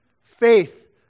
faith